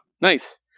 nice